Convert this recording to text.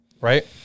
right